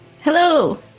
Hello